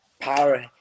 Power